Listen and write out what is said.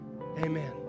Amen